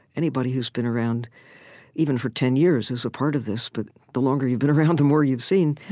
anybody who's been around even for ten years is a part of this, but the longer you've been around, the more you've seen.